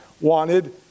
wanted